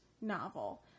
novel